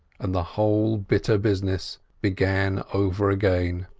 and the whole bitter business began over again.